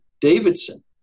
Davidson